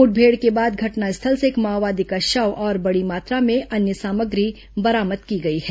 मुठभेड़ के बाद घटनास्थल से एक माओवादी का शव और बड़ी मात्रा में अन्य सामग्री बरामद की गई है